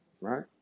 right